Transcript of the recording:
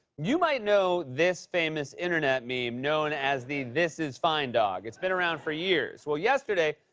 you might know this famous internet meme, known as the this is fine dog. it's been around for years. well, yesterday,